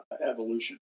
evolution